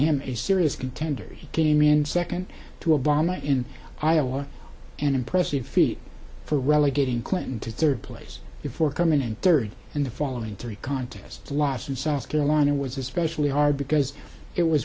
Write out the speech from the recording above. him a serious contender he came in second to obama in iowa an impressive feat for relegating clinton to third place before coming in third in the following three contests lost in south carolina was especially hard because it was